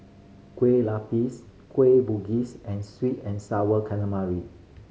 Kueh Lupis Kueh Bugis and sweet and Sour Calamari